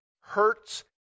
hurts